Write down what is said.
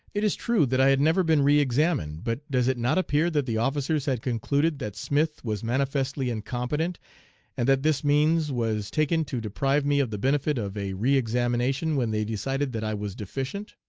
it is true that i had never been re-examined, but does it not appear that the officers had concluded that smith was manifestly incompetent and that this means was taken to deprive me of the benefit of a re-examination when they decided that i was deficient?